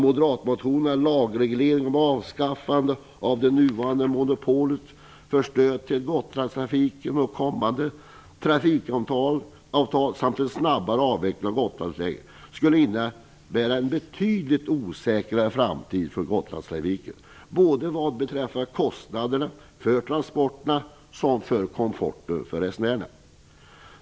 Moderatmotionen om lagreglering om avskaffande av det nuvarande monopolet för stöd till Gotlandstrafiken och kommande trafikavtal samt en snabbare avveckling av Gotlandstillägget skulle innebära en betydligt osäkrare framtid för Gotlandstrafiken såväl beträffande kostnaderna för transporterna som för komforten för resenärerna.